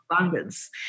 abundance